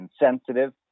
insensitive